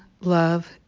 love